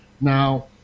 Now